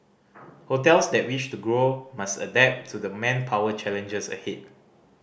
hotels that wish to grow must adapt to the manpower challenges ahead